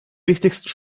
wichtigsten